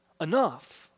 Enough